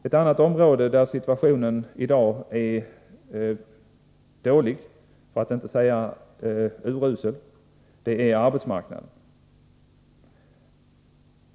Ett annat område där situationen i dag är dålig, för att inte säga urusel, är arbetsmarknaden.